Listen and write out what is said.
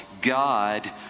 God